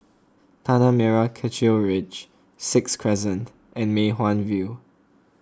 Tanah Merah Kechil Ridge Sixth Crescent and Mei Hwan View